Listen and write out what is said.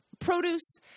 produce